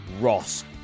Ross